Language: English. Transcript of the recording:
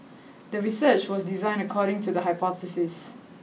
the research was designed according to the hypothesis